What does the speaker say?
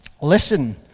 Listen